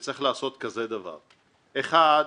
שצריך לעשות כזה דבר: אחד,